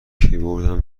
کیبوردم